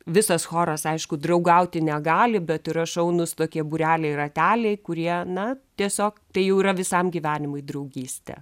visas choras aišku draugauti negali bet yra šaunūs tokie būreliai rateliai kurie na tiesiog tai jau yra visam gyvenimui draugystė